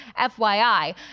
FYI